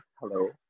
Hello